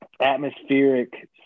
atmospheric